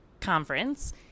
Conference